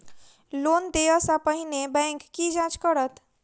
Loan देय सा पहिने बैंक की जाँच करत?